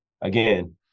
again